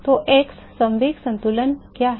तो x संवेग संतुलन क्या है